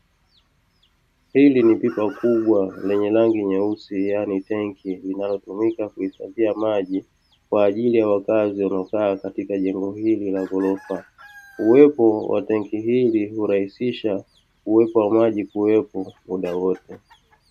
Hili ni pipa kubwa lenye rangi nyeusi, yaani tenki linalotumika kuhifadhia maji, kwa ajili ya wakazi wanaokaa katika jengo hili la ghorofa. Uwepo wa tenki hili hurahisisha, uwepo wa maji kuwepo muda wote.